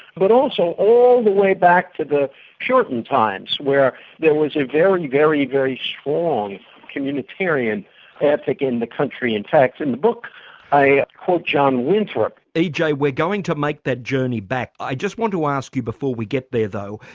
but also all the way back to the puritan times where there was a very very very strong communitarian ethic in the country. in fact in the book i quote john winthrop. ej we're going to make that journey back. i just want to ask you before we get there though,